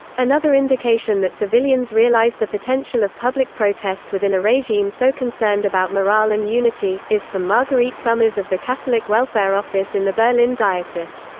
another indication that civilians realized the potential of public protest within a regime so concerned about morale and unity, is from margarete sommers of the catholic welfare office in the berlin diocese.